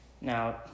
Now